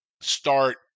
start